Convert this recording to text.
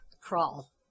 Crawl